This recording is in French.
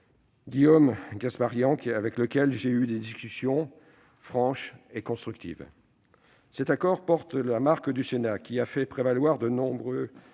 Guillaume Kasbarian, avec lequel j'ai eu des discussions franches et constructives. Cet accord porte la marque du Sénat, qui a fait prévaloir de nouveaux